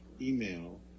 email